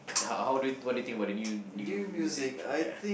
how how do you what did you think about new new music ya